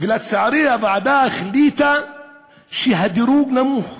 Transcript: ולצערי הוועדה החליטה שהדירוג נמוך.